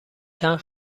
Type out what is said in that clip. چند